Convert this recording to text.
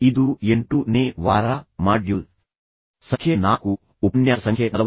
ಇದು 8ನೇ ವಾರ ಮಾಡ್ಯೂಲ್ ಸಂಖ್ಯೆ 4 ಉಪನ್ಯಾಸ ಸಂಖ್ಯೆ 46